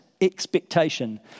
expectation